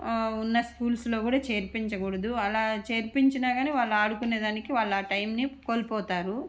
ఉన్న స్కూల్స్లో చేర్పించకూడదు అలా చేర్పించిన కానీ వాళ్ళ ఆడుకునే దానికి వాళ్ళు ఆ టైమ్ని కోల్పోతారు